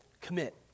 commit